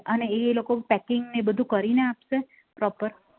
અને એ લોકો પેકિંગ ને એ બધું કરીને આપશે પ્રોપર